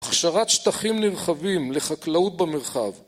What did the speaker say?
הכשרת שטחים נרחבים לחקלאות במרחב